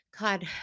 God